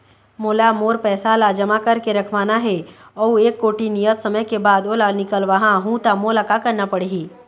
मोला मोर पैसा ला जमा करके रखवाना हे अऊ एक कोठी नियत समय के बाद ओला निकलवा हु ता मोला का करना पड़ही?